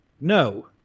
no